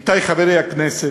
עמיתי חברי הכנסת,